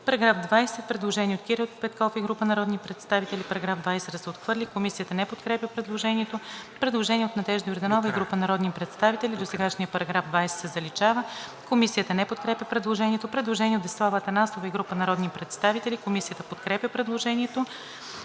По § 20 има предложение от Кирил Петков и група народни представители: „§ 20 да се отхвърли.“ Комисията не подкрепя предложението. Предложение от Надежда Йорданова и група народни представители: „Досегашният § 20 се заличава.“ Комисията не подкрепя предложението. Предложение от Десислава Атанасова и група народни представители. Комисията подкрепя предложението.